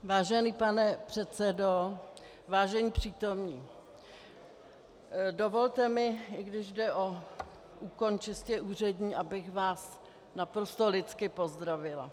Vážený pane předsedo, vážení přítomní, dovolte mi, i když jde o úkon čistě úřední, abych vás naprosto lidsky pozdravila.